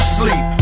sleep